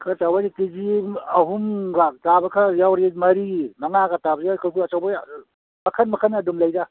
ꯈꯔ ꯆꯥꯎꯕ ꯍꯥꯏꯁꯦ ꯀꯦꯖꯤ ꯑꯍꯨꯝꯒ ꯇꯥꯕ ꯌꯥꯎꯔꯤ ꯃꯔꯤ ꯃꯉꯥꯒ ꯇꯥꯕ ꯌꯥꯎꯔꯤ ꯑꯆꯧꯕ ꯃꯈꯜ ꯃꯈꯜ ꯑꯗꯨꯝ ꯂꯩꯗ